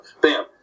Bam